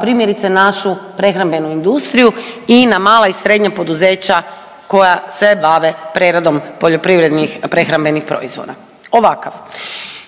primjerice našu prehrambenu industriju i na mala i srednja poduzeća koja se bave preradom poljoprivrednih prehrambenih proizvoda.